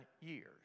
years